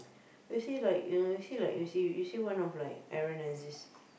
you see like you know you see like you see you see one of like Aaron-Aziz